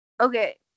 okay